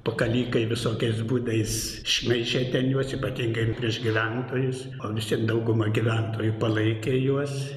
pakalikai visokiais būdais šmeižė ten juos ypatingai prieš gyventojus o vis tiek dauguma gyventojų palaikė juos